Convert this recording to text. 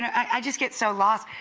i just get so lost.